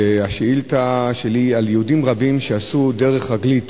השאילתא שלי היא על יהודים רבים שעשו דרך רגלית